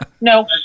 no